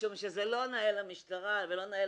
משום שלא נאה למשטרה ולא נאה